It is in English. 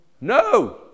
No